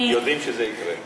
אנחנו יודעים שזה יקרה.